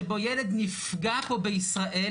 שבו ילד נפגע פה בישראל,